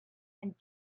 and